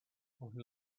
wohin